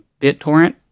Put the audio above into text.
BitTorrent